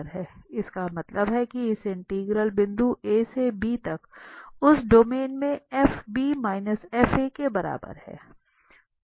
इसका मतलब है कि इस इंटीग्रल बिंदु a से b तक उस डोमेन में f f के बराबर है